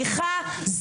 סליחה,